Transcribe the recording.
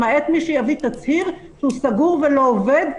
למעט מי שיביא תצהיר שהוא סגור ולא עובד.